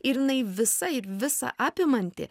ir jinai visa ir visa apimanti